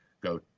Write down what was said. go